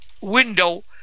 window